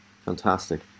fantastic